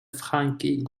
frankie